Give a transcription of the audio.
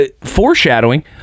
foreshadowing